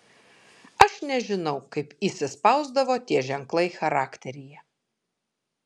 aš nežinau kaip įsispausdavo tie ženklai charakteryje